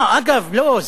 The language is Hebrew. אגב, לא.